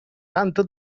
tanto